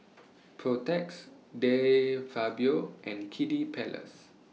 Protex De Fabio and Kiddy Palace